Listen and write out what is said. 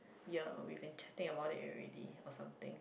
year we've been chatting about it already or something